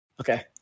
Okay